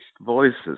voices